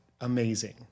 amazing